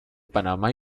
panamá